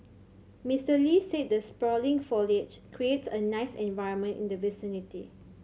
Mister Lee said the sprawling foliage creates a nice environment in the vicinity